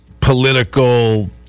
political